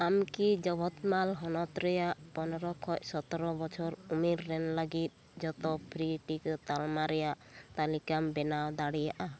ᱟᱢ ᱠᱤ ᱡᱚᱵᱚᱛᱢᱟᱞ ᱦᱚᱱᱚᱛ ᱨᱮᱭᱟᱜ ᱯᱚᱱᱮᱨᱚ ᱠᱷᱚᱱ ᱥᱚᱛᱮᱨᱚ ᱵᱚᱪᱷᱚᱨ ᱩᱢᱮᱨ ᱨᱮᱱ ᱞᱟᱹᱜᱤᱫ ᱡᱚᱛ ᱯᱷᱨᱤ ᱴᱤᱠᱟᱹ ᱛᱟᱞᱢᱟ ᱨᱮᱭᱟᱜ ᱛᱟᱞᱤᱠᱟᱢ ᱵᱮᱱᱟᱣ ᱫᱟᱲᱮᱭᱟᱜᱼᱟ